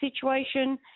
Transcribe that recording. situation